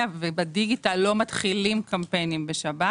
ובדיגיטל לא מתחילים קמפיינים בשבת.